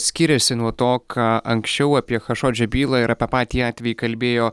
skiriasi nuo to ką anksčiau apie chašodžio bylą ir apie patį atvejį kalbėjo